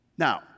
Now